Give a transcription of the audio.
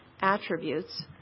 attributes